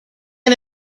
and